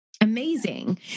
Amazing